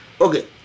Okay